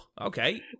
Okay